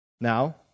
Now